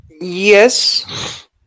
yes